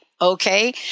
Okay